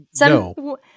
no